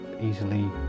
easily